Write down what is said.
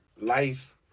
Life